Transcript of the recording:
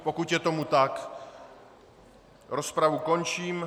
Pokud je tomu tak, rozpravu končím.